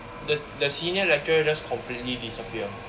the the senior lecturer just completely disappear